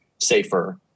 safer